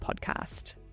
podcast